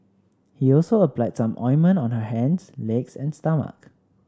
he also applied some ointment on her hands legs and stomach